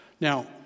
Now